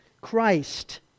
Christ